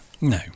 No